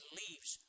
leaves